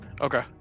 Okay